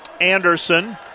Anderson